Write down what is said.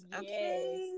Yes